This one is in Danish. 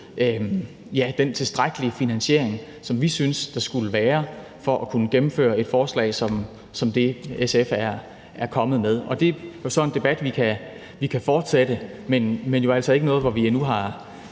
den tilstrækkelige finansiering, som vi synes der skulle være for at kunne gennemføre et forslag som det, SF er kommet med. Og det er jo så en debat, vi kan fortsætte, men altså endnu ikke noget, hvor vi har